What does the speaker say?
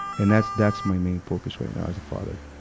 and that's, that's my main focus right now, as a father,